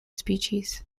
species